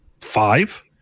five